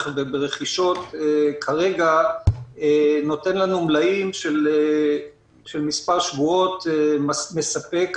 ורכישות כרגע נותן לנו מלאים של מספר שבועות מספק,